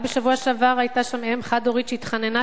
רק בשבוע שעבר היתה שם אם חד-הורית שהתחננה